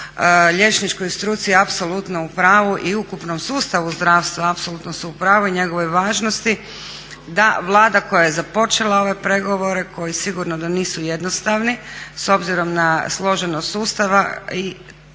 liječničkoj struci apsolutno u pravu i ukupnom sustavu zdravstva apsolutno su u pravu i njegovoj važnosti, da Vlada koja je započela ove pregovore koji sigurno da nisu jednostavni, s obzirom na složenost sustava